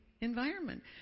environment